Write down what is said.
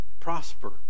prosper